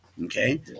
Okay